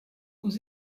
aux